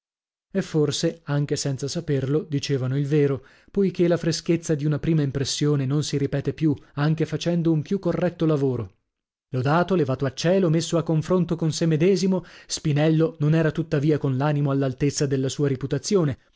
e forse anche senza saperlo dicevano il vero poichè la freschezza di una prima impressione non si ripete più anche facendo un più corretto lavoro lodato levato a cielo messo a confronto con sè medesimo spinello non era tuttavia con l'animo all'altezza della sua riputazione